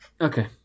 Okay